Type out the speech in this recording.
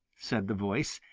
said the voice.